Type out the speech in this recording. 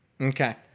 Okay